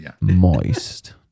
moist